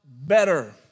better